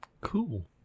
Cool